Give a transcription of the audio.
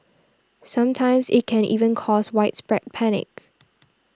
sometimes it can even cause widespread panic